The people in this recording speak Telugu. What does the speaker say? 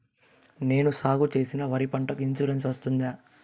నేను సాగు చేసిన వరి పంటకు ఇన్సూరెన్సు వస్తుందా?